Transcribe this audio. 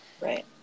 Right